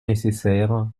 nécessaires